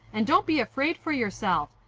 and don't be afraid for yourself.